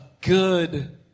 good